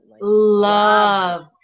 Love